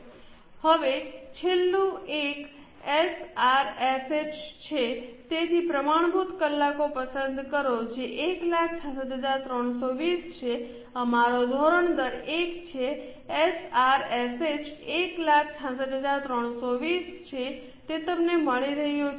હવે છેલ્લું એક એસઆરએસએચ છે તેથી પ્રમાણભૂત કલાકો પસંદ કરો જે 166320 છે અમારો ધોરણ દર 1 છે એસઆરએસએચ 166320 છે તે તમને મળી રહ્યો છે